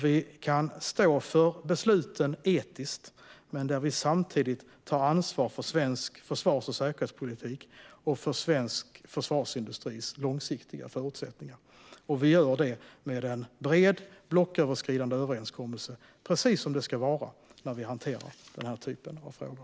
Vi kan stå för besluten etiskt och tar samtidigt ansvar för svensk försvars och säkerhetspolitik och för svensk försvarsindustris långsiktiga förutsättningar. Det gör vi genom en bred blocköverskridande överenskommelse, precis som det ska vara när vi hanterar den här typen av frågor.